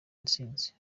intsinzi